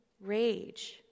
rage